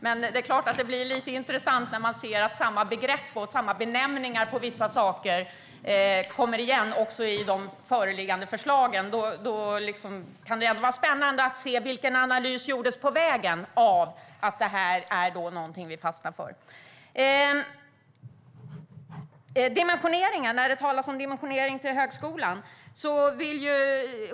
Men det blir lite intressant när man ser att samma begrepp och samma benämningar på vissa saker kommer igen i de föreliggande förslagen. Det kan ändå vara spännande att se: Vilken analys gjordes på vägen som gjorde att det var någonting vi fastnade för? Det talas om dimensionering till högskolan.